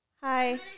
hi